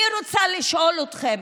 אני רוצה לשאול אתכם: